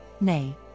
nay